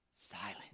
silent